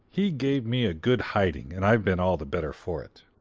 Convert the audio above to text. he gave me a good hiding and i've been all the better for it.